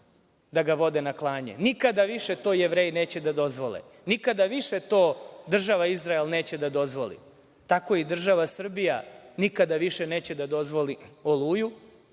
da ga vode na klanje. Nikada više to Jevreji neće da dozvole. Nikada više to država Izrael neće da dozvoli. Tako i država Srbija nikada više neće da dozvoli „Oluju“.